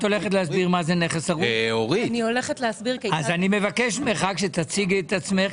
אני מבקש ממך שתציגי את עצמך,